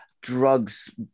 drugs